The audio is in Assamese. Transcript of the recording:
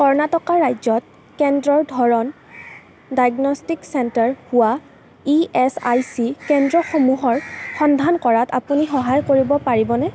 কৰ্ণাটকা ৰাজ্যত কেন্দ্ৰৰ ধৰণ ডায়েগনষ্টিক চেণ্টাৰ হোৱা ইএচআইচি কেন্দ্ৰসমূহৰ সন্ধান কৰাত আপুনি সহায় কৰিব পাৰিবনে